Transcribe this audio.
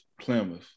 Plymouth